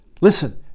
Listen